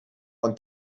und